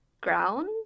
ground